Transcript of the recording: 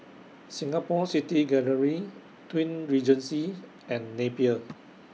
Singapore City Gallery Twin Regency and Napier